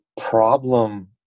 problem